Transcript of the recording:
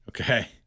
Okay